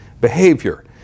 behavior